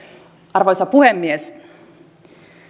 arvoisa puhemies